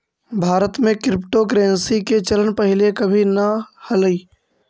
भारत में क्रिप्टोकरेंसी के चलन पहिले कभी न हलई